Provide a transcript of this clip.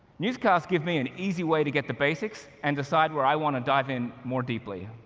newscasts give me an easy way to get the basics and decide where i want to dive in more deeply.